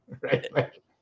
right